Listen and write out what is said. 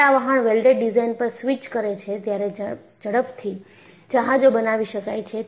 જયારે આ વહાણ વેલ્ડેડ ડિઝાઇન પર સ્વિચ કરે છે ત્યારે ઝડપથી જહાજો બનાવી શકાય છે